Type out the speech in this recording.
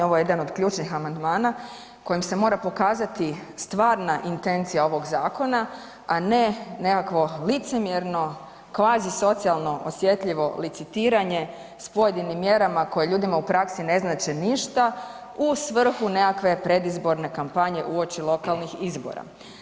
Ovo je jedan od ključnih amandmana kojim se mora pokazati stvarna intencija ovog zakona, a ne nekakvo licemjerno kvazi socijalno osjetljivo licitiranje s pojedinim mjerama koje ljudima u praksi ne znače ništa u svrhu nekakve predizborne kampanje uoči lokalnih izbora.